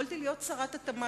יכולתי להיות שרת התמ"ת,